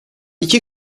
iki